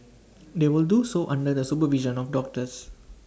they will do so under the supervision of doctors